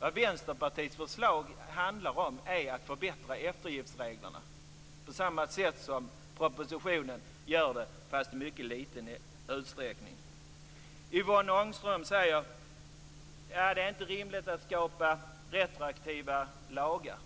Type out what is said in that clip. Men vad Vänsterpartiets förslag handlar om är att förbättra eftergiftsreglerna - på samma sätt som i propositionen, fastän där i mycket liten utsträckning. Yvonne Ångström undrar: Är det inte rimligt att skapa retroaktiva lagar?